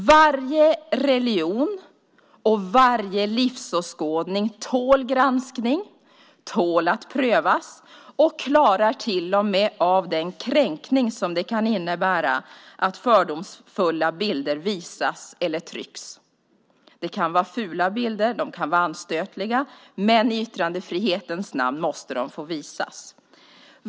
Varje religion och varje livsåskådning tål granskning, tål att prövas och klarar till och med av den kränkning som det kan innebära att fördomsfulla bilder visas eller trycks. Det kan vara fula bilder, de kan vara anstötliga, men i yttrandefrihetens namn måste de få visas.